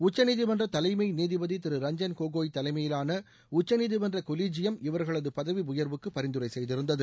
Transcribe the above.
உச்சநீதிமன்ற தலைமை நீதிபதி திரு ரஞ்ஜன் கோகாய் தலைமையிலான உச்சநீதிமன்ற கொலிஜியம் இவர்களது பதவி உயர்வுக்கு பரிந்துரை செய்திருந்தது